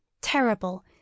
terrible